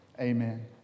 amen